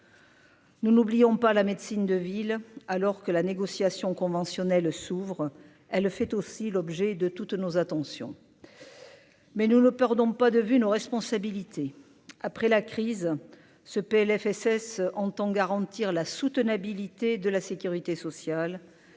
Nous n'oublions pas la médecine de ville alors que la négociation conventionnelle s'ouvre, elle fait aussi l'objet de toutes nos attentions mais nous ne perdons pas de vue nos responsabilités après la crise, ce PLFSS entend garantir la soutenabilité de la sécurité sociale,